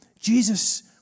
Jesus